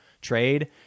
trade